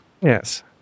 Yes